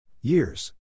Years